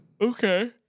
Okay